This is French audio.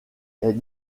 est